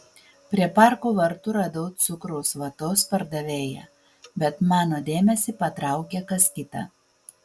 prie parko vartų radau cukraus vatos pardavėją bet mano dėmesį patraukė kas kita